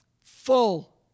full